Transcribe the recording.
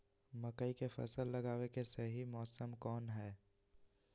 मकई के फसल लगावे के सही मौसम कौन हाय?